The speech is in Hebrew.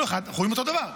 כל אחד רואה אותו דבר.